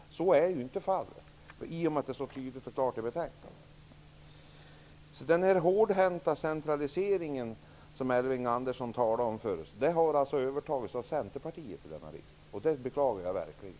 Men så är ju inte fallet bara därför att det står tydligt och klart i betänkandet. Den hårdhänta centralisering som Elving Andersson talade om förut har nu övertagits av Centerpartiet i denna riksdag, och det beklagar jag verkligen.